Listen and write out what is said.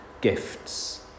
gifts